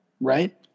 Right